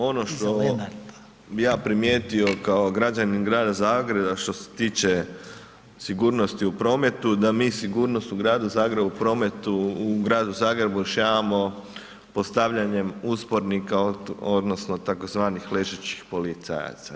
Ono što bih ja primijetio kao građanin grada Zagreba što se tiče sigurnosti u prometu da mi sigurnost u gradu Zagrebu u prometu, u gradu Zagrebu rješavamo postavljanjem uspornika, odnosno tzv. ležećih policajaca.